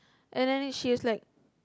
and then it she is like